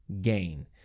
gain